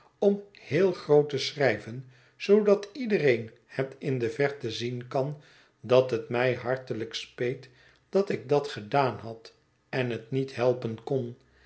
om heel groot te schrijven zoodat iedereen het in de verte zien kan dat het mij hartelijk speet dat ik dat gedaan had en het niet helpen kon